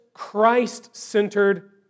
Christ-centered